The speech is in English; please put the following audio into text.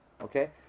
okay